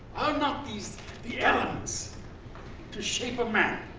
ah not these the elements to shape a man?